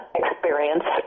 experience